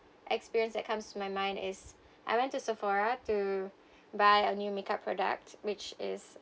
experience that comes to my mind is I went to Sephora to buy a new makeup product which is